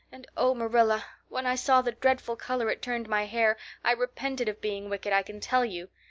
and oh, marilla, when i saw the dreadful color it turned my hair i repented of being wicked, i can tell you.